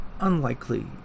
unlikely